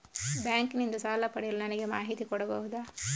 Bank ನಿಂದ ಸಾಲ ಪಡೆಯಲು ನನಗೆ ಮಾಹಿತಿ ಕೊಡಬಹುದ?